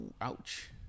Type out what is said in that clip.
ouch